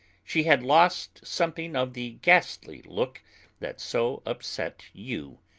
she had lost something of the ghastly look that so upset you,